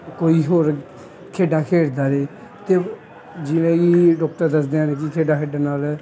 ਕੋਈ ਹੋਰ ਖੇਡਾਂ ਖੇਡਦਾ ਰਹੇ ਅਤੇ ਜਿਵੇਂ ਕਿ ਡਾਕਟਰ ਦੱਸਦੇ ਹਨ ਕਿ ਖੇਡਾਂ ਖੇਡਣ ਨਾਲ਼